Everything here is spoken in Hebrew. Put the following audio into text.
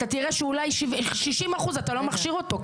אתה תראה שאולי 60 אחוז אתה לא מכשיר אותו,